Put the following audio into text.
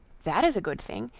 that is a good thing.